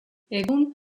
egun